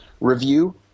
review